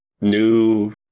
New